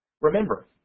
Remember